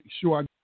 sure